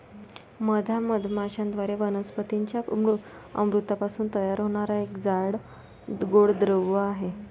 मध हा मधमाश्यांद्वारे वनस्पतीं च्या अमृतापासून तयार होणारा एक जाड, गोड द्रव आहे